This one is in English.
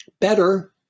better